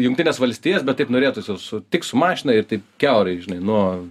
jungtines valstijas bet taip norėtųsi jau su tik su mašina ir taip kiaurai žinai nuo